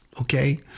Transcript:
okay